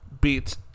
beat